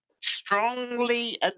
strongly